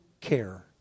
care